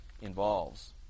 involves